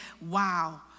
wow